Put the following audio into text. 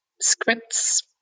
scripts